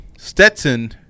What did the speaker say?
Stetson